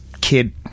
kid